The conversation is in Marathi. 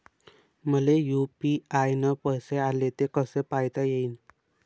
मले यू.पी.आय न पैसे आले, ते कसे पायता येईन?